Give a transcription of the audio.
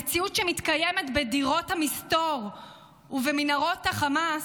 המציאות שמתקיימת בדירות המסתור ובמנהרות חמאס,